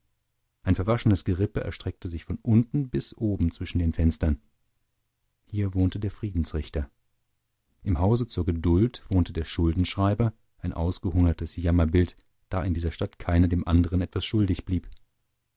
ein verwaschenes gerippe erstreckte sich von unten bis oben zwischen den fenstern hier wohnte der friedensrichter im hause zur geduld wohnte der schuldenschreiber ein ausgehungertes jammerbild da in dieser stadt keiner dem andern etwas schuldig blieb